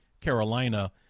Carolina